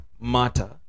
matter